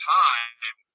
time